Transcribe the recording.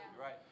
Right